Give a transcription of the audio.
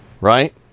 Right